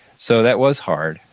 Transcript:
so that was hard.